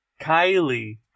Kylie